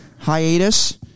Hiatus